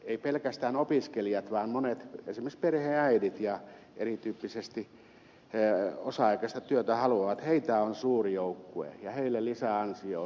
ei pelkästään opiskelijoita vaan esimerkiksi perheenäitejä eri tyyppisesti osa aikaista työtä haluavia on suuri joukkue ja heille lisäansio on äärimmäisen tärkeä